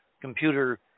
computer